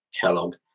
Kellogg